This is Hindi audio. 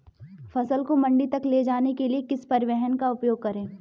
फसल को मंडी तक ले जाने के लिए किस परिवहन का उपयोग करें?